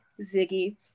Ziggy